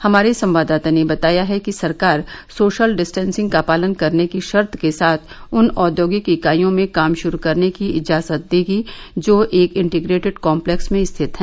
हमारे संवाददाता ने बताया है कि सरकार सोशल डिस्टेंसिंग का पालन करने की शर्त के साथ उन औद्योगिक इकाइयों में काम शुरू करने की इजाजत देगी जो एक इंटीग्रेटिड कॉम्लेक्स में स्थित हैं